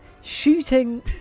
shooting